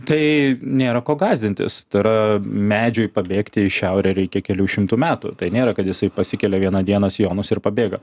tai nėra ko gąsdintis tai yra medžiui pabėgti į šiaurę reikia kelių šimtų metų tai nėra kad jisai pasikelia vieną dieną sijonus ir pabėga